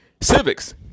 civics